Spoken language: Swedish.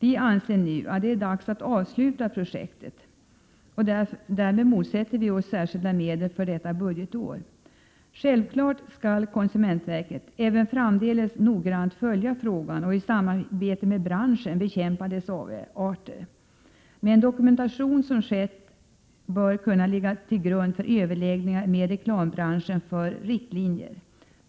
Vi anser att det nu är dags att avsluta projektet, och därmed motsätter vi oss särskilda medel för detta budgetår. Självfallet skall konsumentverket även framdeles noggrant följa frågan och i samarbete med branschen bekämpa dessa avarter. Den dokumentation som skett bör kunna ligga till grund för överläggningar inom reklambranschen om riktlinjer.